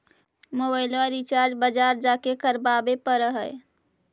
मोबाइलवा रिचार्ज बजार जा के करावे पर है?